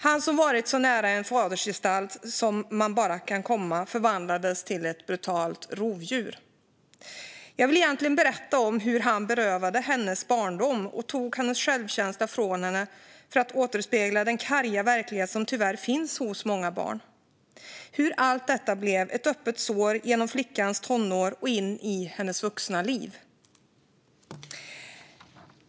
Han som hade varit så nära en fadersgestalt man bara kan komma förvandlades till ett brutalt rovdjur. Jag vill egentligen berätta om hur han berövade henne hennes barndom och hennes självkänsla för att återspegla den karga verklighet som tyvärr finns hos många barn. Jag vill berätta hur allt detta var ett öppet sår genom flickans tonår och in i hennes vuxna liv.